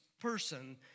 person